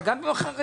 אתה גם לא חרדי?